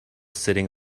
sitting